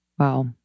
Wow